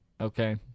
okay